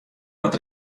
dat